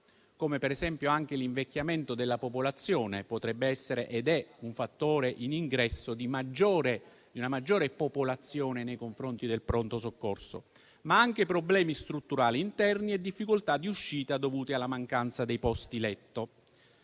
come per esempio l'invecchiamento della popolazione (che potrebbe essere ed è un fattore in ingresso di una maggiore popolazione nei confronti del pronto soccorso), ma anche i problemi strutturali interni e difficoltà di uscita, dovuti alla mancanza dei posti letto.